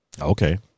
Okay